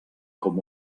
com